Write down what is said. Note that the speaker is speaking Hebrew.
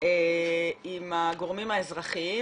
עם הגורמים האזרחיים.